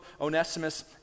Onesimus